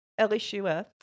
Elishua